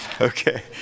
Okay